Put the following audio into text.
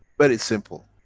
but simple.